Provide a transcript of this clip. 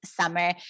summer